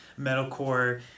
metalcore